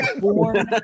born